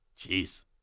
Jeez